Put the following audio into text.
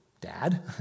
Dad